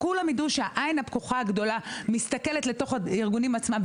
כולם צריכים לדעת שהעין הפקוחה מסתכלת לתוך הארגונים עצמם,